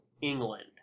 England